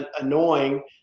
annoying